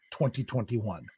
2021